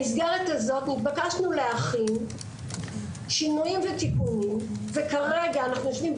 במסגרת הזאת התבקשנו להכין שינויים ותיקונים וכרגע אנחנו יושבים,